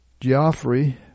Geoffrey